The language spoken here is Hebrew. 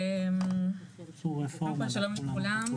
קודם כל שלום לכולם,